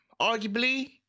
arguably